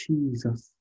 Jesus